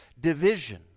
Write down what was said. division